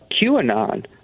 QAnon